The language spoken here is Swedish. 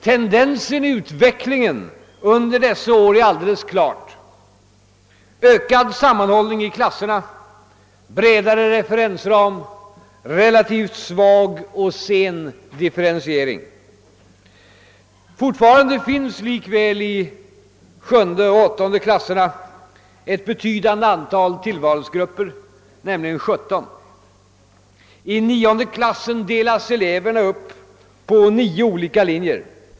Tendensen i utvecklingen under dessa år är alldeles klar: ökad sammanhållning i klasserna, bredare referensram, relativt svag och sen differentiering. Fortfarande finns likväl i sjunde och åttonde klasserna ett betydande antal tillvalsgrupper, nämligen 17. I nionde klassen delas eleverna upp på nio olika linjer.